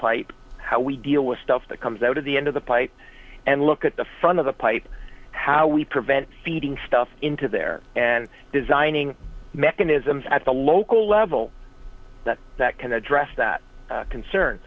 pipe how we deal with stuff that comes out of the end of the pipe and look at the front of the pipe how we prevent feeding stuff into there and designing mechanisms at the local level that can address that concern